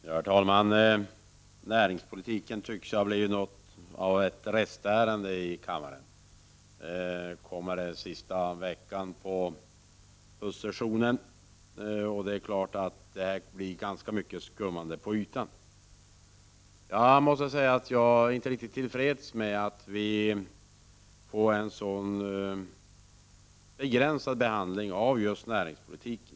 Herr talman! Näringspolitiken tycks ha blivit något av ett restärende i kammaren. Det kommer upp sista veckan på höstsessionen, och det är klart att det blir ganska mycket skummande på ytan. Jag är inte riktigt till freds med att vi får en så begränsad behandling av näringspolitiken.